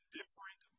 different